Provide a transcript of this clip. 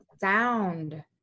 sound